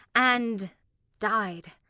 and died.